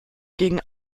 gegen